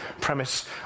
premise